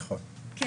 כן.